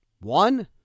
One